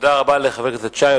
תודה רבה לחבר הכנסת שי.